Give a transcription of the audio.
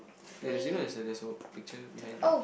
wait there's even a suggest oh picture behind right